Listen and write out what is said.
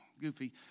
goofy